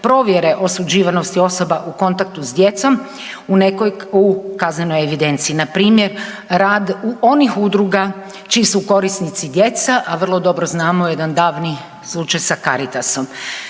provjere osuđivanosti osoba u kontaktu s djecom u kaznenoj evidenciji npr. rad onih udruga čiji su korisnici djeca, a vrlo dobro znamo jedan davni slučaj sa Caritasom.